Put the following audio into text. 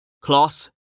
Class